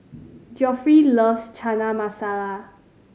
Geoffrey loves Chana Masala